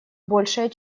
большое